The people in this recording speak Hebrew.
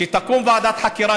שתקום ועדת חקירה.